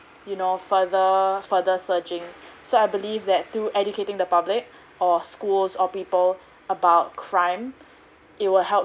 you know further further surging so I believe that thorough educating the public or schools or people about crime it will help